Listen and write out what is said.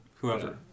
Whoever